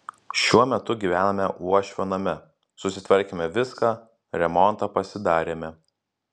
šiuo metu gyvename uošvio name susitvarkėme viską remontą pasidarėme